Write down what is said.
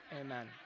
amen